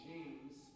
James